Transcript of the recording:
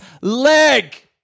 leg